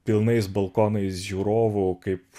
pilnais balkonais žiūrovų kaip